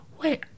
wait